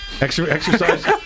Exercise